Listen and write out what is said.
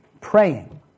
praying